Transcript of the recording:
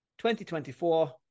2024